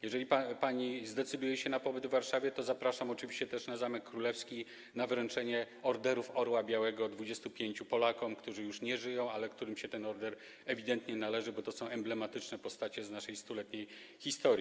Jeżeli pani zdecyduje się na pobyt w Warszawie, to zapraszam oczywiście też na Zamek Królewski na wręczenie Orderów Orła Białego 25 Polakom, którzy już nie żyją, ale którym się ten order ewidentnie należy, bo to są emblematyczne postaci z naszej 100-letniej historii.